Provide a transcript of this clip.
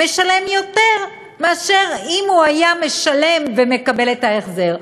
משלם יותר מאשר אם הוא היה משלם ומקבל את ההחזר.